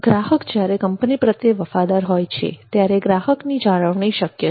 ગ્રાહક જ્યારે કંપની પ્રત્યે વફાદાર હોય છે ત્યારે ગ્રાહકની જાળવણી શક્ય છે